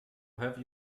have